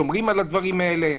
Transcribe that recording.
שומרים על הדברים האלה.